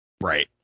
Right